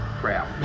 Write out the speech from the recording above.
crap